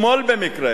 במקרה